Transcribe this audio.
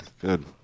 Good